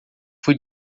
fui